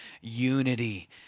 unity